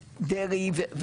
דרעי,